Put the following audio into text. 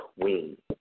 queen